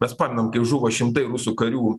mes pamenam kai žuvo šimtai rusų karių